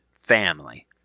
family